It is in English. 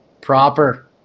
Proper